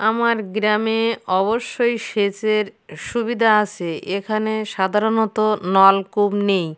আমার গ্রামে অবশ্যই সেচের সুবিধা আছে এখানে সাধারণত নলকূপ নেই